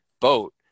boat